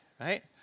right